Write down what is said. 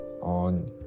on